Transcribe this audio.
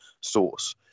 source